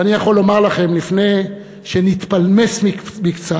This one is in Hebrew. ואני יכול לומר לכם לפני שנתפלמס קצת: